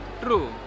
True